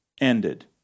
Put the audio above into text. ended